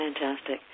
Fantastic